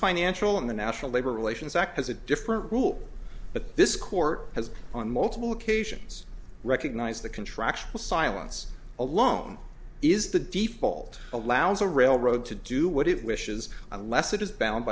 financial and the national labor relations act has a different rule but this court has on multiple occasions recognized the contractual silence alone is the default allows a railroad to do what